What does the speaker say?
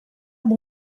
amb